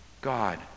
God